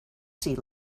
sea